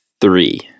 three